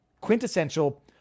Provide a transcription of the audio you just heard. quintessential